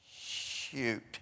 shoot